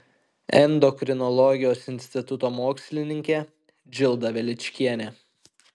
endokrinologijos instituto mokslininkė džilda veličkienė